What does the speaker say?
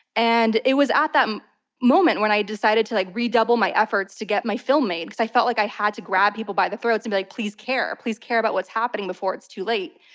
and it was at that moment when i decided to like redouble my efforts to get my film made, because i felt like i had to grab people by the throats and be like, please care, please care about what's happening before it's too late.